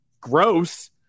gross